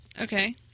Okay